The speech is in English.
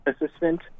assistant